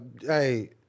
hey